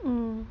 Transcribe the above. oh